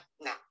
no